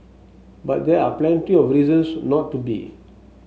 but there are plenty of reasons not to be